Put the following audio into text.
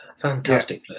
Fantastic